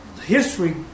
History